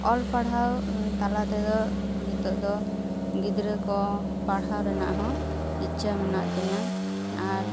ᱚᱞ ᱯᱟᱲᱦᱟᱣ ᱛᱟᱞᱟ ᱛᱮᱫᱚ ᱱᱤᱛᱚᱜ ᱫᱚ ᱜᱤᱫᱽᱨᱟᱹ ᱠᱚ ᱯᱟᱲᱦᱟᱣ ᱨᱮᱱᱟᱜ ᱦᱚᱸ ᱤᱪᱪᱷᱟᱹ ᱢᱮᱱᱟᱜ ᱛᱤᱧᱟᱹ ᱟᱨ